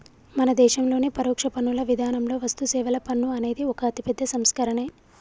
మన దేశంలోని పరోక్ష పన్నుల విధానంలో వస్తుసేవల పన్ను అనేది ఒక అతిపెద్ద సంస్కరనే